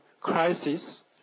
crisis